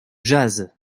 jase